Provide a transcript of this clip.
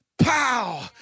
Pow